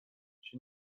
she